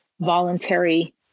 voluntary